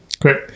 Great